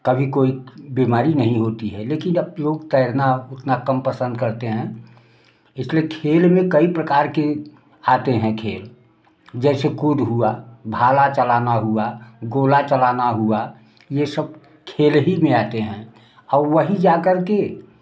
कभी कोई बीमारी नहीं होती है लेकिन अब लोग तैरना उतना कम पसंद करते हैं इसलिए खेल में कई प्रकार के आते हैं खेल जैसे कूद हुआ भाला चलाना हुआ गोला चलाना हुआ ये सब खेल ही में आते हैं और वही जा करके